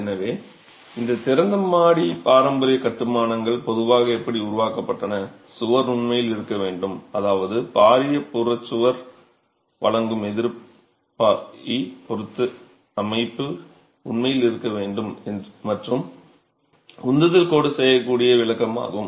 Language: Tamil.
எனவே இந்த திறந்த மாடி பாரம்பரிய கட்டுமானங்கள் பொதுவாக எப்படி உருவாக்கப்பட்டன சுவர் உண்மையில் இருக்க வேண்டும் அதாவது பாரிய புறச் சுவர் வழங்கும் எதிர்ப்பைப் பொறுத்து அமைப்பு உண்மையில் இருக்க வேண்டும் மற்றும் உந்துதல் கோடு செய்யக்கூடிய விளக்கமாகும்